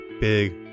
big